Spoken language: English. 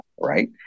right